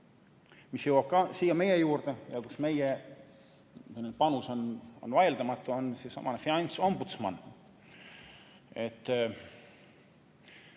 mis jõuab ka siia meie juurde ja kus meie panus on vaieldamatu, on finantsombudsman.